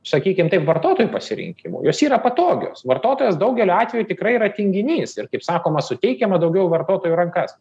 sakykim taip vartotojų pasirinkimu jos yra patogios vartotojas daugeliu atvejų tikrai yra tinginys ir kaip sakoma suteikiama daugiau į vartotojų rankas